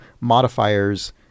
modifiers